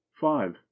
five